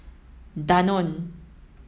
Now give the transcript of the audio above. Danone